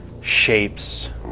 shapes